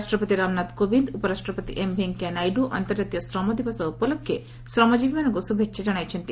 ରାଷ୍ଟ୍ରପତି ରାମନାଥ କୋବିନ୍ଦ୍ ଉପରାଷ୍ଟ୍ରପତି ଏମ୍ ଭେଙ୍କିୟା ନାଇଡ୍ ଅନ୍ତର୍କାତୀୟ ଶ୍ରମ ଦିବସ ଉପଲକ୍ଷେ ଶ୍ରମଜୀବୀମାନଙ୍କୁ ଶୁଭେଛା ଜଣାଇଛନ୍ତି